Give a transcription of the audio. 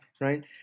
Right